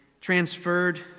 transferred